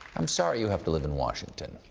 i'm sorry you have to live in washington.